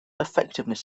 effectiveness